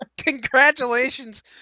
Congratulations